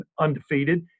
undefeated